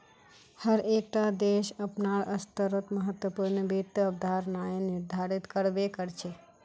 हर एक टा देश अपनार स्तरोंत महत्वपूर्ण वित्त अवधारणाएं निर्धारित कर बे करछे